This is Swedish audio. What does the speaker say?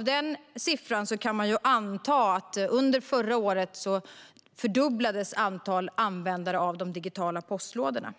Utifrån den siffran kan man anta att antalet användare av de digitala postlådorna fördubblades under förra året.